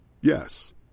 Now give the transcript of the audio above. Yes